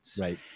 right